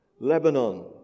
Lebanon